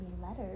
letters